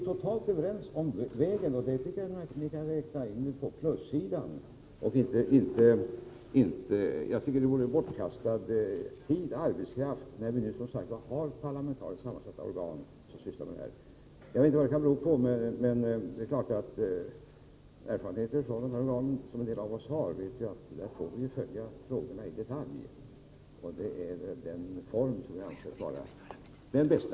Det vore bortkastad tid och slöseri med arbetskraft, när vi som sagt redan har parlamentariskt sammansatta organ som sysslar med detta. Med den erfarenhet från dessa organ som en del av oss har vet vi att man där kommer att följa dessa frågor i detalj. Det är den vägen som utskottsmajoriteten anser vara den bästa.